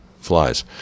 flies